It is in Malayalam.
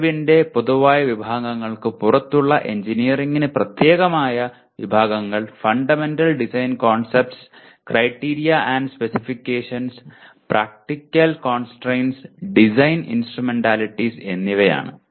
അറിവിന്റെ പൊതുവായ വിഭാഗങ്ങൾക്ക് പുറത്തുള്ള എഞ്ചിനീയറിംഗിന് പ്രത്യേകമായ വിഭാഗങ്ങൾ fundamental design concepts criteria and specifications practical constraints design instrumentalities എന്നിവയാണ്